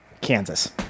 Kansas